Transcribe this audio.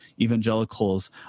Evangelicals